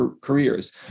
careers